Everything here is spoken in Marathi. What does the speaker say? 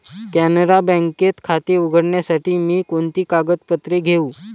कॅनरा बँकेत खाते उघडण्यासाठी मी कोणती कागदपत्रे घेऊ?